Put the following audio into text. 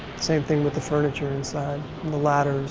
same thing with the furniture inside and the ladders